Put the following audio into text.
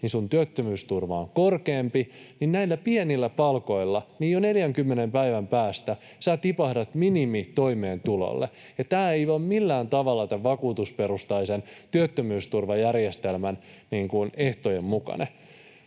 niin sinun työttömyysturvasi on korkeampi, mutta näillä pienillä palkoilla jo 40 päivän päästä sinä tipahdat minimitoimeentulolle. Tämä ei ole millään tavalla vakuutusperustaisen työttömyysturvajärjestelmän ehtojen mukainen.